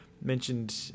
mentioned